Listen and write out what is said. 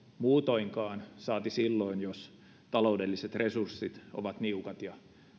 muutoinkaan saati silloin jos taloudelliset resurssit ovat niukat ja